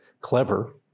clever